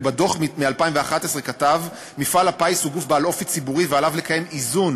ובדוח מ-2011 כתב: "מפעל הפיס הוא גוף בעל אופי ציבורי ועליו לקיים איזון